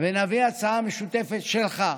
ונביא הצעה משותפת, שלך,